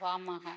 वामः